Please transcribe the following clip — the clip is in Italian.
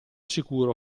sicuro